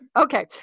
Okay